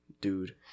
dude